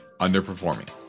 underperforming